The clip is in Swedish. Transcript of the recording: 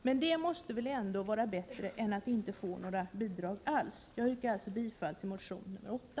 Men det måste väl ändå vara bättre att få ett kanske mindre bidrag än att inte få några bidrag alls. Jag yrkar alltså bifall till reservation 8.